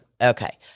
Okay